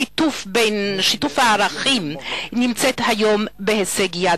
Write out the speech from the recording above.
שיתוף הערכים נמצא היום בהישג יד.